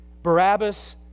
Barabbas